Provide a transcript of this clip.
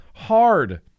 Hard